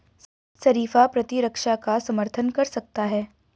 शरीफा प्रतिरक्षा का समर्थन कर सकता है